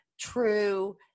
True